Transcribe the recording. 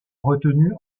retenu